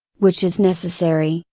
which is necessary,